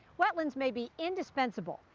wetlands may be indispensable,